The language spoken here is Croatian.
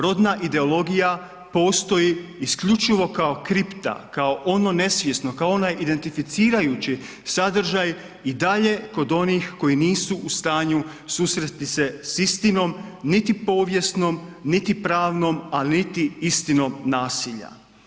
Rodna ideologija postoji isključivo kao kripta, kao ono nesvjesno, kao onaj identificirajući sadržaj i dalje kod onih koji nisu u stanju susresti se s istinom, niti povijesnom, niti pravnom, ali niti istinom nasilja.